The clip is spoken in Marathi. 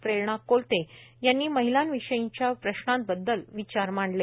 प्रेरणा कोलते यांनी महिलां विषयीच्या प्रश्नांबददल विचार मांडले